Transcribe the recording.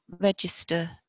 register